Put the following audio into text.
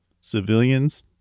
civilians